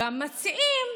גם מציעים,